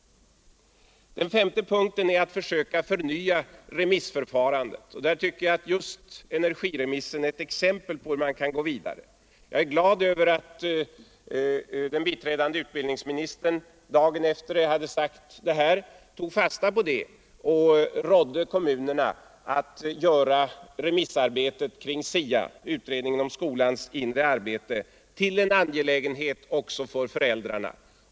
Den femte punkten är att försöka förnya remissförfarandet. Där tycker jag att energiremissen är ett exempel på hur man kan gå vidare. Jag är glad över att biträdande utbildningsministern dagen efter det jag hade sagt det här tog fasta på det och rådde kommunerna att göra remissarbetet kring SIA —- utredningen om skolans inre arbete — till en angelägenhet också för föräldrarna.